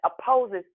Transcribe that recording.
opposes